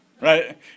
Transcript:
Right